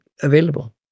available